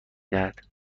دهد